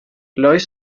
lois